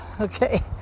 Okay